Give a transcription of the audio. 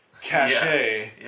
cachet